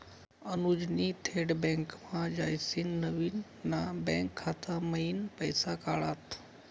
अनुजनी थेट बँकमा जायसीन नवीन ना बँक खाता मयीन पैसा काढात